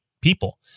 people